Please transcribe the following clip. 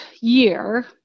year